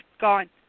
Gone